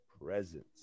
presence